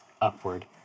upward